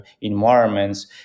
environments